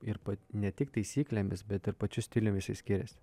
ir ne tik taisyklėmis bet ir pačiu stiliumi jisai skiriasi